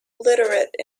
literate